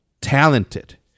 talented